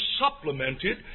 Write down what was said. supplemented